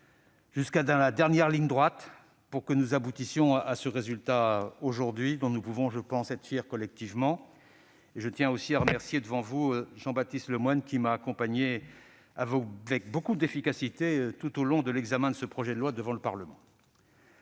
jusque dans la dernière ligne droite, pour que nous aboutissions à ce résultat dont nous pouvons collectivement être fiers. Je tiens aussi à remercier devant vous Jean-Baptiste Lemoyne, qui m'a accompagné avec beaucoup d'efficacité tout au long de l'examen de ce projet de loi devant le Parlement.